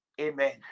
Amen